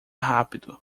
rápido